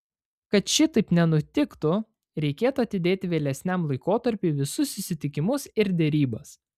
kad šitaip nenutiktų reikėtų atidėti vėlesniam laikotarpiui visus susitikimus ir derybas